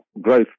growth